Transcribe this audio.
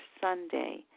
Sunday